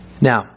Now